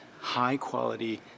high-quality